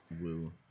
Woo